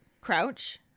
Crouch